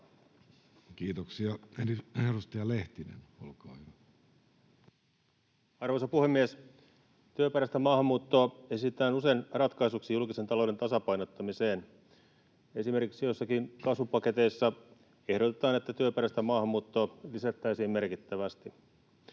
Kiitoksia. — Edustaja Lehtinen, olkaa hyvä. Arvoisa puhemies! Työperäistä maahanmuuttoa esitetään usein ratkaisuksi julkisen talouden tasapainottamiseen, esimerkiksi joissakin kasvupaketeissa ehdotetaan, että työperäistä maahanmuuttoa lisättäisiin merkittävästi.